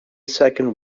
second